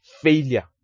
failure